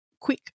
quick